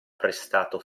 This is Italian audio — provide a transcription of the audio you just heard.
prestato